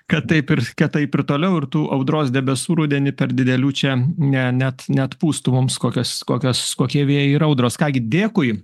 kad taip ir kad taip ir toliau ir tų audros debesų rudenį per didelių čia ne net neatpūstų mums kokias kokias kokie vėjai ir audros ką gi dėkui